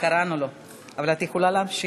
קראנו לו, אבל את יכולה להמשיך.